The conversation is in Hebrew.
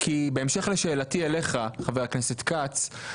כי בהמשך לשאלתי אליך חבר הכנסת כץ,